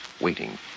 waiting